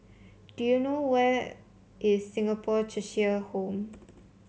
do you know where is Singapore Cheshire Home